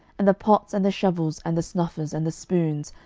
and the pots, and the shovels, and the snuffers, and the spoons,